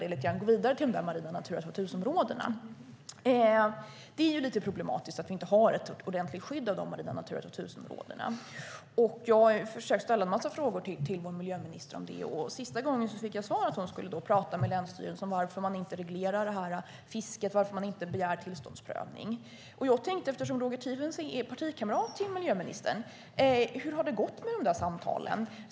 Nu kan jag gå vidare till de marina Natura 2000-områdena. Det är lite problematiskt att vi inte har ett ordentligt skydd av de marina Natura 2000-områdena. Jag har försökt ställa en massa frågor till vår miljöminister om det. Senaste gången fick jag svaret att hon skulle prata med länsstyrelserna om varför man inte reglerar fisket och varför man inte begär tillståndsprövning. Eftersom Roger Tiefensee är partikamrat till miljöministern tänkte jag fråga hur det har gått med de där samtalen.